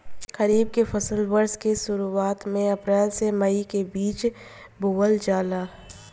खरीफ के फसल वर्षा ऋतु के शुरुआत में अप्रैल से मई के बीच बोअल जाला